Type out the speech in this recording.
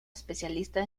especialista